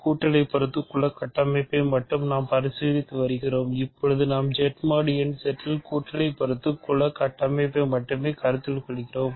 கூட்டலை பொறுத்து குல கட்டமைப்பை மட்டுமே நாம் பரிசீலித்து வருகிறோம் இப்போது நாம் Z mod n Z இன் கூட்டலை பொறுத்து குல கட்டமைப்பை மட்டுமே கருத்தில் கொள்கிறோம்